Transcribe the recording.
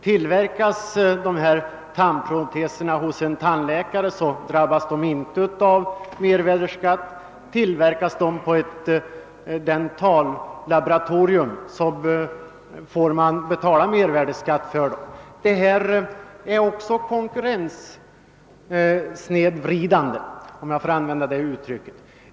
Tillverkas dessa tandproteser bos en tandläkare drabbas de inte av mervärdeskatt, tillverkas de på ett dentallaboratorium får man betala mervärdeskatt för dem. Detta är också konkurrenssnedvridande, om jag får använda det uttrycket.